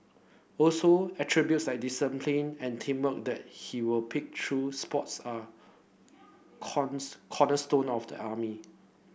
also attributes like discipline and teamwork that he will pick through sports are corners cornerstone of the army